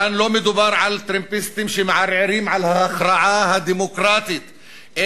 לא מדובר על טרמפיסטים שמערערים על ההכרעה הדמוקרטית,